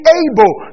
able